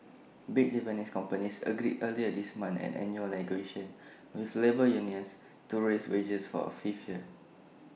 big Japanese companies agreed earlier this month at annual negotiations with labour unions to raise wages for A fifth year